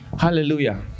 Hallelujah